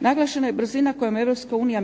Naglašena je brzina kojom Europska unija